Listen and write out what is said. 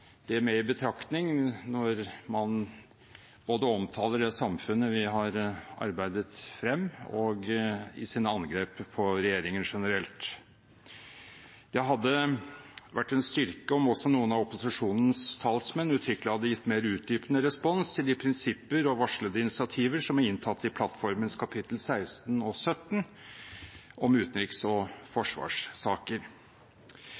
ta det med i betraktning når man omtaler det samfunnet vi har arbeidet frem, og i sine angrep på regjeringen generelt. Det hadde vært en styrke om også noen av opposisjonens talsmenn uttrykkelig hadde gitt mer utdypende respons til de prinsipper og varslede initiativer som er inntatt i plattformens kapittel 16 og 17, om utenriks- og